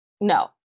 No